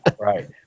right